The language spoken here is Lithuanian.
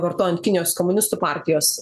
vartojant kinijos komunistų partijos